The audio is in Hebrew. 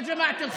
(אומר בערבית: